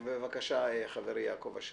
בבקשה, חברי יעקב אשר.